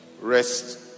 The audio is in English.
Rest